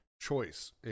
choice